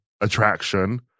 Attraction